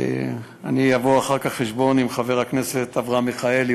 אני אבוא אחר כך חשבון עם חבר הכנסת אברהם מיכאלי,